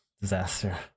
disaster